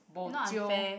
it not a fair